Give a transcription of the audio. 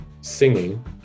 singing